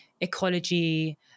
ecology